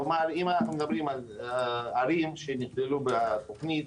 כלומר אם מדברים על ערים שנכללו בתוכנית,